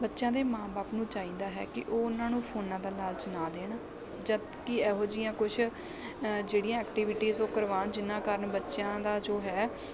ਬੱਚਿਆਂ ਦੇ ਮਾਂ ਬਾਪ ਨੂੰ ਚਾਹੀਦਾ ਹੈ ਕਿ ਉਹ ਉਹਨਾਂ ਨੂੰ ਫੋਨਾਂ ਦਾ ਲਾਲਚ ਨਾ ਦੇਣ ਜਦਕਿ ਇਹੋ ਜਿਹੀਆਂ ਕੁਛ ਜਿਹੜੀਆਂ ਐਕਟੀਵਿਟੀਜ਼ ਉਹ ਕਰਵਾਉਣ ਜਿਨ੍ਹਾਂ ਕਾਰਨ ਬੱਚਿਆਂ ਦਾ ਜੋ ਹੈ